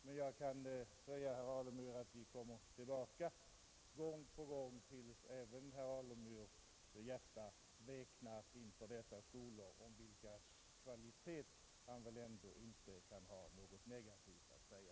Men jag kan säga herr Alemyr att vi ämnar komma tillbaka gång på gång, tills även herr Alemyrs hjärta veknar inför dessa skolor, om vilkas kvalitet han väl inte kan ha något negativt att säga.